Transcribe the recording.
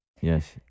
Yes